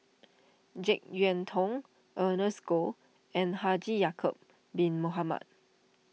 Jek Yeun Thong Ernest Goh and Haji Ya'Acob Bin Mohamed